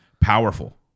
powerful